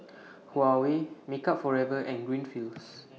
Huawei Makeup Forever and Greenfields